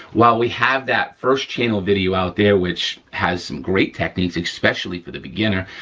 while we have that first channel video out there which has some great techniques, especially for the beginner,